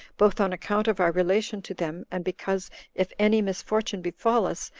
both on account of our relation to them, and because if any misfortune befall us,